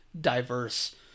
diverse